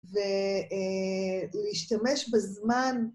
ולהשתמש בזמן.